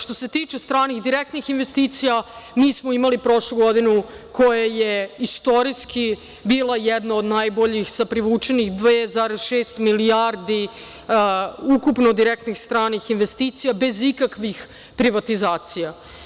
Što se tiče stranih direktnih investicija mi smo imali prošlu godinu koja je istorijski bila jedna od najboljih sa privučenih 2,6 milijardi ukupno direktnih stranih investicija bez ikakvih privatizacija.